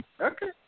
Okay